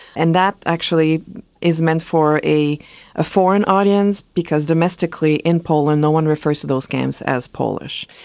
and that actually is meant for a ah foreign audience because domestically in poland now one refers to those camps as polish.